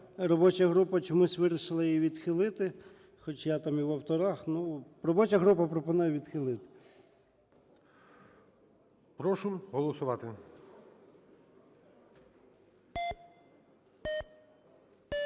робоча група чомусь вирішили її відхилити, хоч я там і в авторах, ну… Робоча група пропонує відхилити. ГОЛОВУЮЧИЙ. Прошу голосувати.